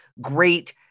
great